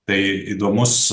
tai įdomus